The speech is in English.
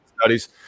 studies